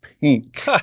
pink